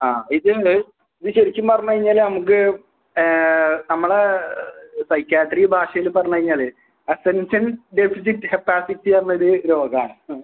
ആ ഇത് ഇങ്ങൾ ഇത് ശരിക്കും പറഞ്ഞ് കഴിഞ്ഞാൽ നമുക്ക് നമ്മൾ സൈക്കാട്രി ഭാഷയിൽ പറഞ്ഞ് കഴിഞ്ഞാൽ അറ്റെൻഷൻ ഡെഫിസിറ്റ് ഹെപ്പാസിറ്റിയാന്നൊരു രോഗമാണ്